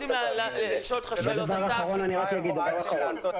מה יש לעשות למען עסקים, זה השורה התחתונה.